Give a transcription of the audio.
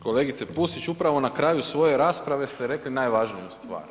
Kolegice Pusić upravo na kraju svoje rasprave ste rekli najvažniju stvar.